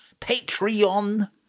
Patreon